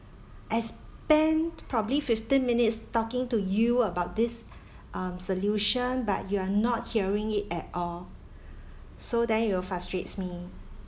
I spent probably fifteen minutes talking to you about this um solution but you're not hearing it at all so then it will frustrates me